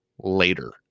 later